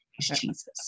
Jesus